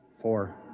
Four